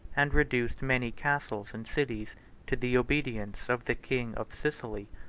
and reduced many castles and cities to the obedience of the king of sicily.